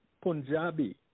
Punjabi